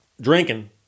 drinking